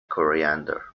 coriander